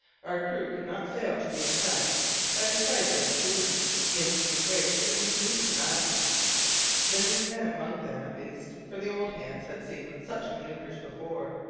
our crew could not fail to be impressed by the sight of the schooner making her way through these moving masses the new men among them, at least, for the old hands had seen such manoeuvres before.